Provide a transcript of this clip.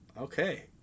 Okay